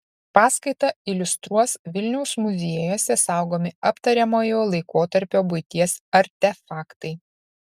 paskaitą iliustruos vilniaus muziejuose saugomi aptariamojo laikotarpio buities artefaktai